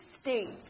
states